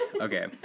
Okay